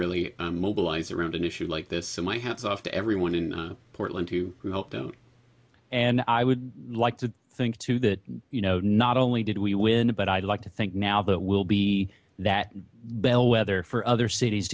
really mobilized around an issue like this so my hats off to everyone in portland to help them and i would like to think too that you know not only did we win it but i'd like to think now that we'll be that bellwether for other cities